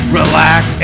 relax